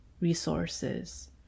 resources